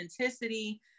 authenticity